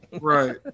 Right